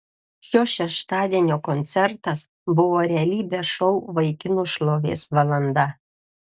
šio šeštadienio koncertas buvo realybės šou vaikinų šlovės valanda